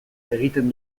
egiten